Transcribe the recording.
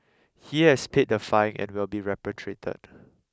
he has paid the fine and will be repatriated